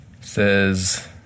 says